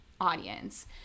audience